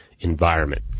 environment